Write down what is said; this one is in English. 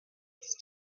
his